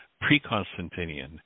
pre-Constantinian